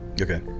Okay